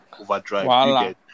overdrive